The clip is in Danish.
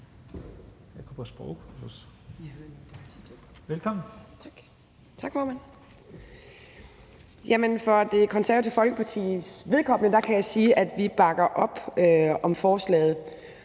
For Det Konservative Folkepartis vedkommende kan jeg sige, at vi bakker op om forslaget,